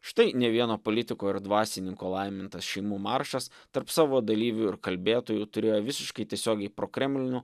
štai ne vieno politiko ir dvasininko laimintas šeimų maršas tarp savo dalyvių ir kalbėtojų turėjo visiškai tiesiogiai prokremlinių